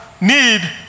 need